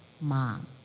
Mom